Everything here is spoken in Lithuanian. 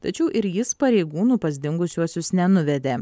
tačiau ir jis pareigūnų pas dingusiuosius nenuvedė